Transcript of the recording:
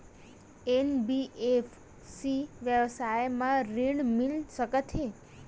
NBFC व्यवसाय मा ऋण मिल सकत हे